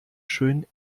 schön